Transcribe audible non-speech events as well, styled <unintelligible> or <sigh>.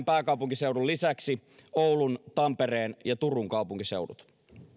<unintelligible> pääkaupunkiseudun lisäksi vain oulun tampereen ja turun kaupunkiseudut